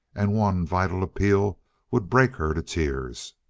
and one vital appeal would break her to tears.